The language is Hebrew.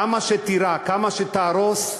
כמה שתירה, כמה שתהרוס,